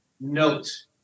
note